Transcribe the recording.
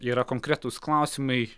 yra konkretūs klausimai